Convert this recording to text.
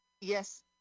Yes